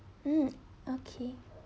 mm okay